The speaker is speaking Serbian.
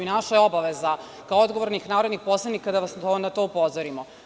Naša je obaveza kao odgovornih narodnih poslanika da vas na to upozorimo.